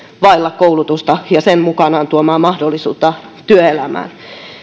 vailla koulutusta ja sen mukanaan tuomaa mahdollisuutta työelämään